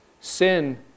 sin